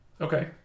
Okay